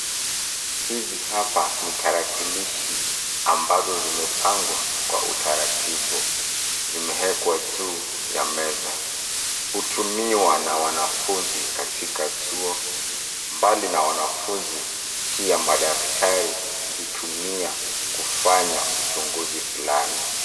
Hizi hapa ni tarakilishi, ambazo zimepangwa kwa utaratibu. Zimewekwa juu ya meza. Hutumiwa na wanafunzi katika chuo. Mbali na wanafunzi, pia madaktari huzitumia kufanya uchunguzi fulani.